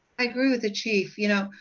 i agree with the chief. you know,